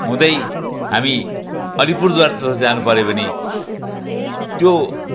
हुँदै हामी अलिपुरद्वार तर्फ जानु पऱ्यो भने त्यो